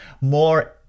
more